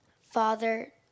Father